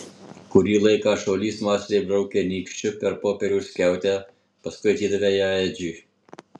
kurį laiką šaulys mąsliai braukė nykščiu per popieriaus skiautę paskui atidavė ją edžiui